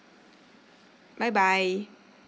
bye bye